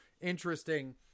Interesting